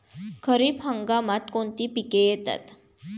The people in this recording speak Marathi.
खरीप हंगामात कोणती पिके येतात?